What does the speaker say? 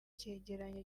cyegeranyo